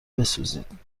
بسوزید